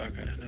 okay